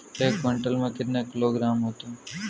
एक क्विंटल में कितने किलोग्राम होते हैं?